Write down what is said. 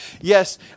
Yes